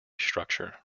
structure